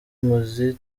muzi